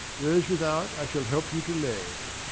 those without i shall help you to lay.